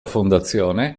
fondazione